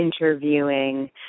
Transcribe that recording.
interviewing